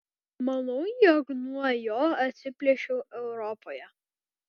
maniau jog nuo jo atsiplėšiau europoje